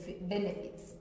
benefits